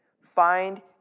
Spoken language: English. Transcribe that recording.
Find